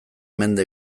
mende